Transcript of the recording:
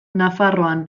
nafarroa